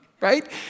right